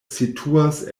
situas